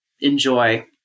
enjoy